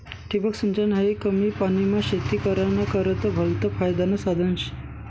ठिबक सिंचन हायी कमी पानीमा शेती कराना करता भलतं फायदानं साधन शे